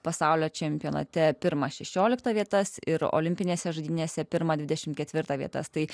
pasaulio čempionate pirmą šešioliktą vietas ir olimpinėse žaidynėse pirmą dvidešimt ketvirtą vietas tai